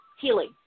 healing